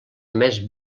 més